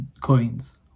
coins